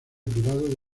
privado